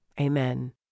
Amen